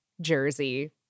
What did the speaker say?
Jersey